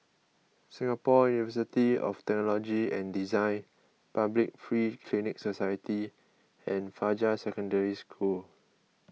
Singapore University of Technology and Design Public Free Clinic Society and Fajar Secondary School